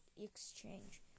exchange